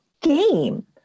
game